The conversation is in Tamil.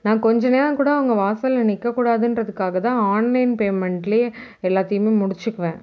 நான் கொஞ்ச நேரம் கூட அவங்க வாசலில் நிற்கக்கூடாதுன்றதுக்காக தான் ஆன்லைன் பேமெண்ட்லேயே எல்லாத்தையுமே முடிச்சுக்குவேன்